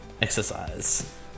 exercise